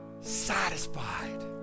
satisfied